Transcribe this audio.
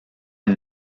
est